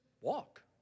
walk